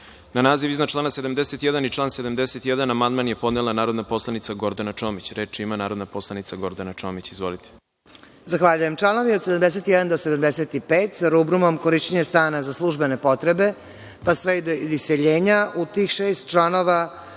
naziv iznad člana 71. i član 71. amandman je podnela narodna poslanica Gordana Čomić. Reč ima narodna poslanica Gordana Čomić. Izvolite. **Gordana Čomić** Zahvaljujem. Članovi od 71. do 75. sa rubrumom - korišćenja stana za službene potrebe, pa sve do iseljenja, u tih šest članova